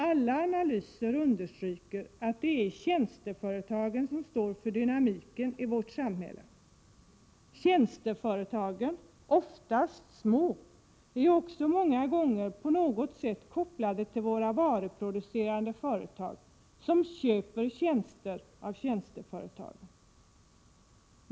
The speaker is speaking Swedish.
Alla analyser understryker att det är tjänsteföretagen som står för dynamiken i vårt samhälle. Tjänsteföretagen, oftast små, är också många gånger på något sätt kopplade till våra varuproducerande företag, som köper tjänster av tjänsteföretag.